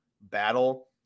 battle